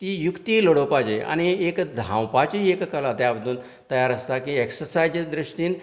ती युक्ती लडोवपाची आनी एक धांवपाची एक कला त्या बद्दल तयार आसता की एक्ससाइजीच्या दृश्टीन